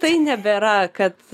tai nebėra kad